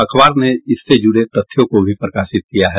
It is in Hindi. अखबार ने इससे जुड़े तथ्यों को भी प्रकाशित किया है